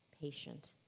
patient